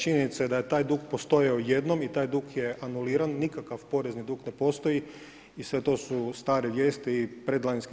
Činjenica je da je taj dug postojao jedno i taj dug je anuliran, nikakav porezni dug ne postoji i sve to su stare vijesti i predlanjski